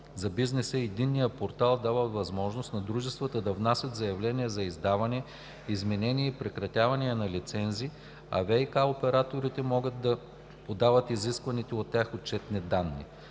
за бизнеса Единният портал дава възможност на дружествата да внасят заявления за издаване, изменение и прекратяване на лицензи, а ВиК операторите могат да подават изискваните от тях отчетни данни.